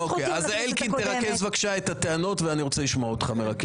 אלקין ירכז בבקשה את הטענות ואני רוצה לשמוע אותך.